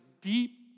deep